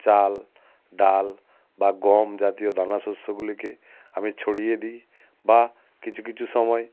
চাল ডাল বা গম জাতীয় দানাশস্যগুলিকে আমি ছড়িয়ে দিই বা কিছু কিছু সময়